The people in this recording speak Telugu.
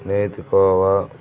నేతికోవా